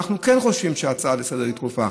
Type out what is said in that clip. ואנחנו כן חושבים שההצעה לסדר-היום דחופה.